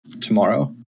tomorrow